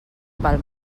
pel